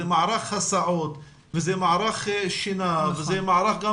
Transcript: זה מערך הסעות וזה מערך שינה וזה מערך גם